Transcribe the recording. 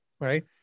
Right